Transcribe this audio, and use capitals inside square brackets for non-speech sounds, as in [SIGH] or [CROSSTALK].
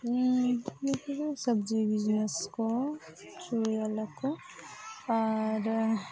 [UNINTELLIGIBLE] ᱥᱚᱵᱡᱤ ᱵᱤᱡᱽᱱᱮᱥ ᱠᱚ ᱪᱩᱲᱤᱣᱟᱞᱟ ᱠᱚ ᱟᱨ